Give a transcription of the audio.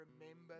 Remember